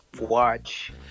watch